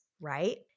right